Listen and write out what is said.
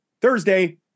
thursday